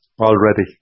already